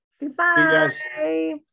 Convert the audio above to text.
Goodbye